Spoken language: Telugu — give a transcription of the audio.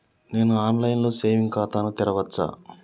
నేను ఆన్ లైన్ లో సేవింగ్ ఖాతా ను తెరవచ్చా?